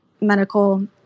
medical